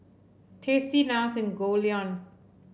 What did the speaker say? Tasty NARS and Goldlion